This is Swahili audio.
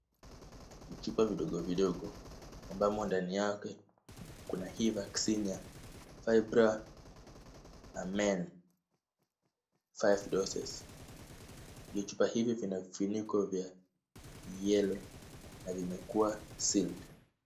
Vichupa vidogo vidogo ambamo ndani yake kuna hii vaccine ya Febre Amarela 5 doses . Vichupa hivi vina vifuiko vya yellow na vimekuwa sealed .